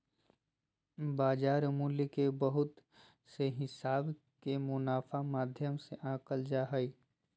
बाजार मूल्य के बहुत से हिसाब के मुनाफा माध्यम से आंकल जा हय